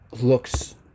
looks